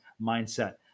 mindset